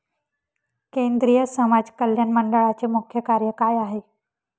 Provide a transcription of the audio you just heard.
केंद्रिय समाज कल्याण मंडळाचे मुख्य कार्य काय आहे?